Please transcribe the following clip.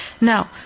Now